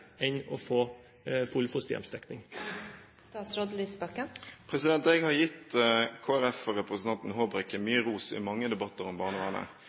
enn å få full fosterhjemsdekning? Jeg har gitt Kristelig Folkeparti og representanten Håbrekke mye ros i mange debatter om